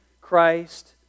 Christ